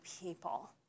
people